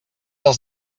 els